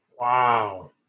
Wow